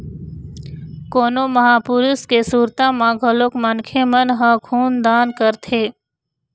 कोनो महापुरुष के सुरता म घलोक मनखे मन ह खून दान करथे